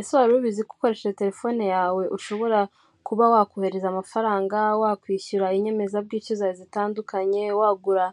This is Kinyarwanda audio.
Ese wari ubizi ko ukoresheje telefone yawe ushobora kuba wakohereza amafaranga, wakwishyura inyemezabwishyu zawe zitandukanye, wagura